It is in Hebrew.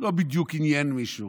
וזה לא בדיוק עניין מישהו.